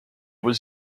was